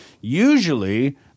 usually